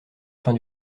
fin